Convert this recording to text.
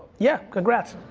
yeah, congrats.